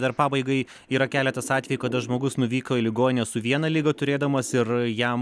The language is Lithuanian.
dar pabaigai yra keletas atvejų kada žmogus nuvyko į ligoninę su viena liga turėdamas ir jam